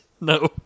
no